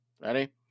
Ready